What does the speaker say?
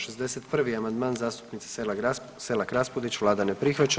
61. amandman zastupnice Selak Raspudić, Vlada ne prihvaća.